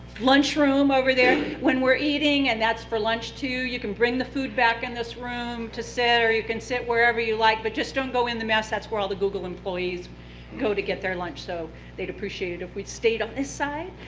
over there. when we're eating, and that's for lunch too, you can bring the food back in this room to sit, or you can sit wherever you like, but just don't go in the mess. that's where all the google employees go to get their lunch, so they'd appreciate it if we stayed on this side.